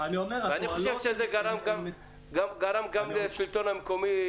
ואני חושב שזה גרם גם לשלטון המקומי,